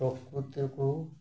ପ୍ରକୃତିକୁ